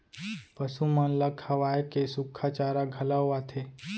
पसु मन ल खवाए के सुक्खा चारा घलौ आथे